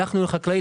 הלכנו לחקלאי,